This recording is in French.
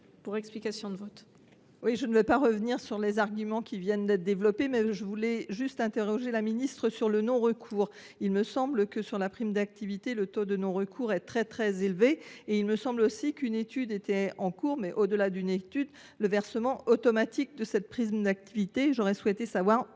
pour explication de vote.